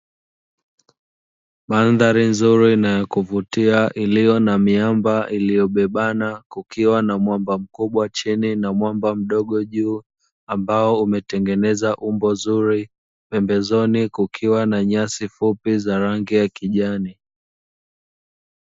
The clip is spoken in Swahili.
Mandhari nzuri na ya kuvutia iliyo na miamba iliyobebana kukiwa na mwamba mkubwa chini na mwamba mdogo juu ambao umetengeneza umbo zuri, pembezoni kukiwa na nyasi fupi za rangi ya kijani.